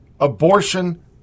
abortion